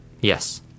Yes